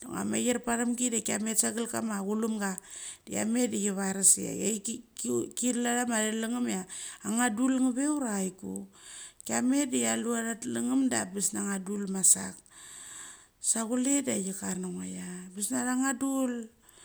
Da ngua mair pathamgi da kia met sa gal kama chulumga. Da chia met da chi varasia aikilu kilu athama thalaungmia, angnga dul nga ve ura chai ku. Kia met da chia lu atha talaungum da ambes na nga ma dul masa. Sa chule da chi kar na ngo ia bes na thangnga dul.